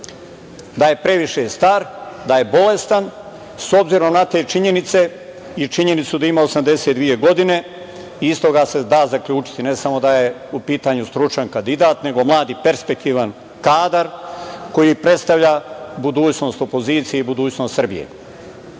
da je previše star, da je bolestan. S obzirom na te činjenice i činjenicu da ima 82 godine, iz toga se da zaključiti ne samo da je u pitanju stručan kandidat, nego mlad i perspektivan kadar, koji predstavlja budućnost opozicije i budućnost